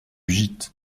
gite